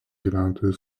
gyventojų